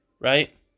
right